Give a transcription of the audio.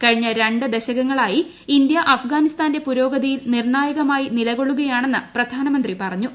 കഴിഞ്ഞ രണ്ട് ദശകങ്ങളായി ഇന്ത്യ അഫ്ഗാനിസ്ഥാന്റെ പുരോഗതിയിൽ നിർണായകമായി നിലകൊള്ളുകയാണെന്ന് പ്രധാനമന്ത്രി പറഞ്ഞു